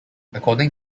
according